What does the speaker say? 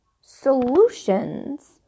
solutions